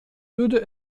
würde